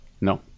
No